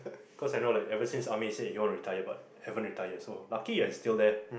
cause I know like even said army said you want to retire but haven't retire so lucky ah he still there